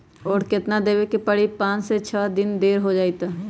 और केतना देब के परी पाँच से छे दिन देर हो जाई त?